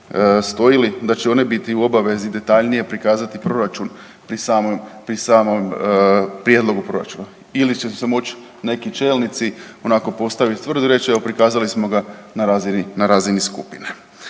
stoji li da će one biti u obavezi detaljnije prikazati proračun pri samom, pri samom prijedlogu proračuna ili će se moć neki čelnici onako postavit i tvrdo reć evo prikazali smo ga na razini, na